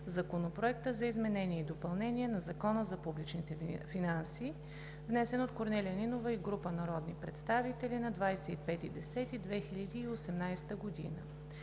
Законопроект за изменение и допълнение на Закона за публичните финанси, № 854-01-77, внесен от Корнелия Нинова и група народни представители на 25 октомври